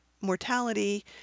mortality